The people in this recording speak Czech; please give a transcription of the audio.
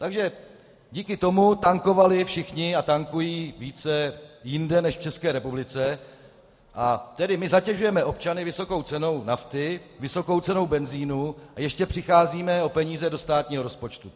Takže díky tomu tankovali všichni a tankují více jinde než v České republice, a tedy my zatěžujeme občany vysokou cenou nafty, vysokou cenou benzinu a ještě přicházíme o peníze do státního rozpočtu.